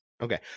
okay